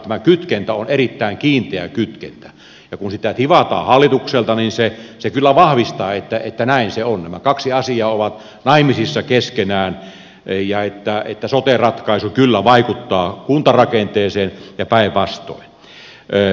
tämä kytkentä on erittäin kiinteä kytkentä ja kun sitä tivataan hallitukselta niin se kyllä vahvistaa että näin se on että nämä kaksi asiaa ovat naimisissa keskenään ja että sote ratkaisu kyllä vaikuttaa kuntarakenteeseen ja päinvastoin